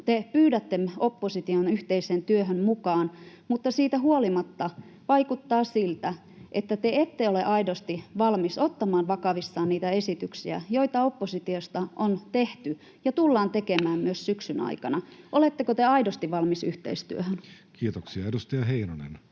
te pyydätte opposition yhteiseen työhön mukaan, mutta siitä huolimatta vaikuttaa siltä, että te ette ole aidosti valmis ottamaan vakavissaan niitä esityksiä, joita oppositiosta on tehty ja tullaan tekemään myös syksyn aikana. Oletteko te aidosti valmis yhteistyöhön? [Speech 193] Speaker: